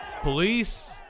police